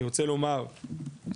אני רוצה לומר --- אגב,